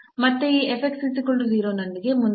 ಮತ್ತೆ ಈ ನೊಂದಿಗೆ ಮುಂದುವರಿಯೋಣ